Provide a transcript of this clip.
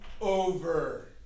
over